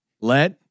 Let